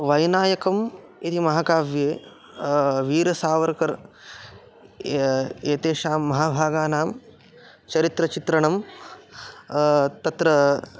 वैनायकम् इति महाकाव्ये वीरसावर्करः एतेषां महाभागानां चरित्रचित्रणं तत्र